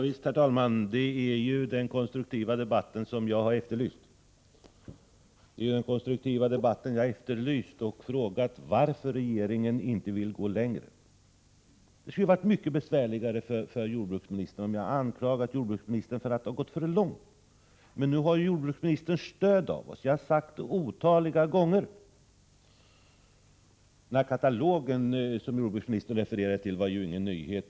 Herr talman! Det är just den konstruktiva debatten som jag har efterlyst. Jag har frågat varför regeringen inte vill gå längre. Det skulle vara mycket besvärligare för jordbruksministern om jag anklagade jordbruksministern för att han gått för långt. Nu har jordbruksministern fått stöd av oss. Det har jag sagt otaliga gånger. Den katalog som jordbruksministern refererade till var ju ingen nyhet.